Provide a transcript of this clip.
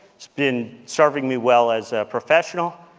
it's been serving me well as a professional,